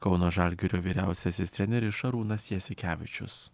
kauno žalgirio vyriausiasis treneris šarūnas jasikevičius